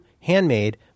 handmade